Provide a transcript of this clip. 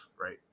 right